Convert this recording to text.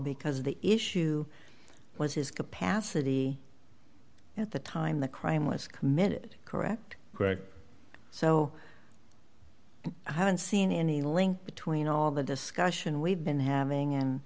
because the issue was his capacity at the time the crime was committed correct correct so i haven't seen any link between all the discussion we've been having